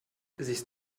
siehst